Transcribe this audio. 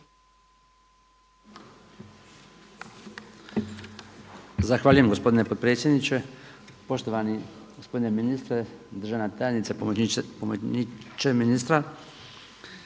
Zahvaljujem gospodine potpredsjedniče. Poštovani gospodine ministre, državna tajnice, pomoćniče ministra,